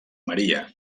maria